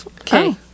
Okay